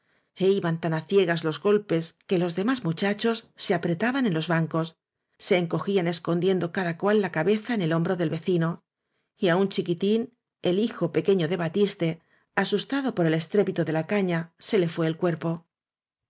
e iban tan á ciegas los golpes que los demás muchachos se apretaban en los bancos se en cogían escondiendo cada cual la cabeza en el hombro del vecino y á un chiquitín el hijo pequeño de batiste asustado por el estrépito de la caña se le fué el cuerpo